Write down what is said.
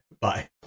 Bye